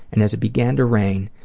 and as it began to rain,